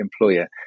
employer